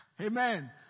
Amen